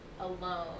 alone